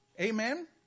Amen